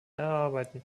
erarbeiten